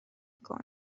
کنه